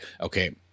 Okay